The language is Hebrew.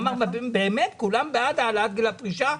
הוא אמר שבאמת כולם בעד העלאת גיל הפרישה?